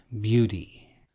BEAUTY